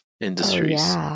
industries